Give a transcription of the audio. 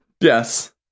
Yes